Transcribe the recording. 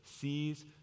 sees